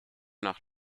nach